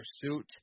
Pursuit